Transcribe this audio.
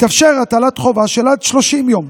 תתאפשר הטלת חובה עד 30 יום,